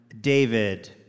David